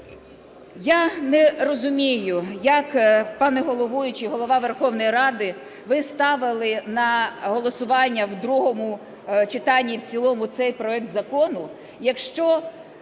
Я не розумію, як, пане головуючий, Голова Верховної Ради, ви ставили на голосування в другому читанні і в цілому цей проект закону, якщо…